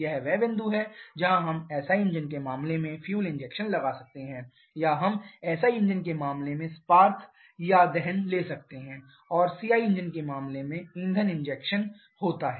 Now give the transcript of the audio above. यह वह बिंदु है जहां हम SI इंजन के मामले में फ्यूल इंजेक्शन लगा सकते हैं या हम SI इंजन के मामले में स्पार्क spark या दहन ले सकते हैं और CI इंजन के मामले में ईंधन इंजेक्शन होता है